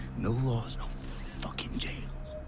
no laws. no fucking jails.